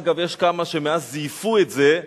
אגב, יש כמה שמאז זייפו את זה,